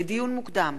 לדיון מוקדם: